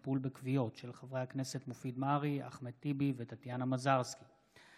חבר הכנסת מכלוף מיקי זוהר בנושא: ההפקרות הסביבתית בנגב,